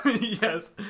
yes